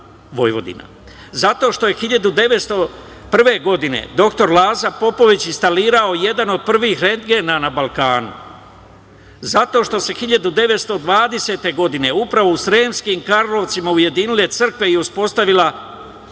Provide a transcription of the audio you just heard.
Zato što je 1901. godine doktor Laza Popović instalirao jedan od prvih rengena na Balkanu. Zato što su se 1920. godine, upravo u Sremskim Karlovcima ujedinile crkve i uspostavila